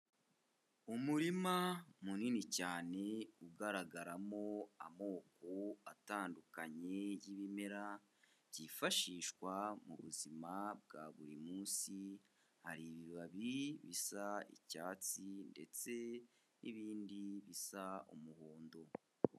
Umurima munini cyane, ugaragaramo amoko atandukanye y'ibimera byifashishwa mu buzima bwa buri munsi, hari ibibabi bisa icyatsi ndetse n'ibindi bisa umuhondo.